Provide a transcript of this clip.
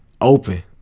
open